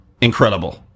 incredible